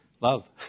love